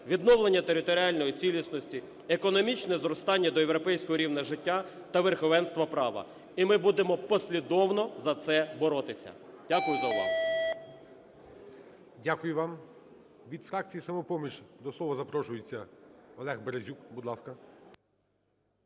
відновлення територіальної цілісності, економічне зростання до європейського рівня життя та верховенство права. І ми будемо послідовно за це боротися. Дякую.